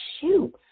shoot